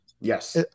Yes